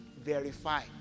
Verify